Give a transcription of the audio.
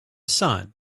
sun